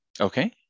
Okay